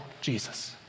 Jesus